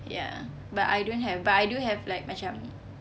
ya but I don't have but I do have like macam